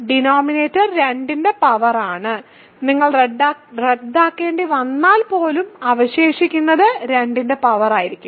denominator 2 ന്റെ power ആണ് നിങ്ങൾ റദ്ദാക്കേണ്ടിവന്നാൽ പോലും അവശേഷിക്കുന്നത് 2 ന്റെ പവർ ആയിരിക്കും